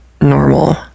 normal